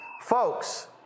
Folks